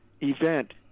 event